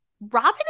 Robin